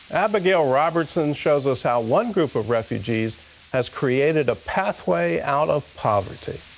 abigail robertson shows us how one group of refugees has created a pathway out of poverty.